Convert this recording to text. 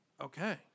Okay